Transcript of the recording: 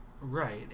Right